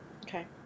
Okay